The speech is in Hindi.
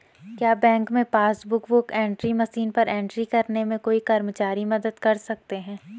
क्या बैंक में पासबुक बुक एंट्री मशीन पर एंट्री करने में कोई कर्मचारी मदद कर सकते हैं?